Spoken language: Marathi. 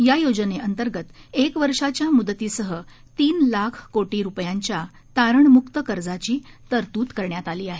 या योजनेंतर्गत एक वर्षाच्या मुदतीसह तीन लाख कोटी रुपयांच्या तारणमुक्त कर्जाची तरतूद करण्यात आली आहे